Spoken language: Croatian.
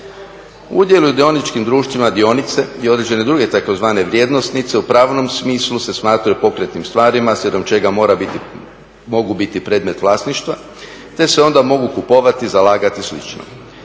Udjel u dioničkim društvima, dionice i određene druge tzv. vrijednosnice u pravnom smislu se smatraju pokretnim stvarima slijedom čega mogu biti predmet vlasništva te se onda mogu kupovati, zalagati i